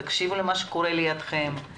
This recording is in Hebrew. תקשיבו למה שקורה לידכם,